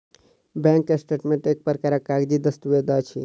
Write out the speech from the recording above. bank statement एक प्रकारक कागजी दस्तावेज अछि